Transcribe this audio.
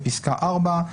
בפסקה (4),